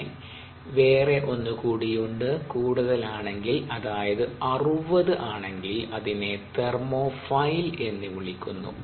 പിന്നെ വേറെ ഒന്നുകൂടിയുണ്ട് കൂടുതലാണെങ്കിൽ അതായത് 60 ആണെങ്കിൽ അതിനെ തെർമോഫൈൽ എന്നു വിളിക്കുന്നു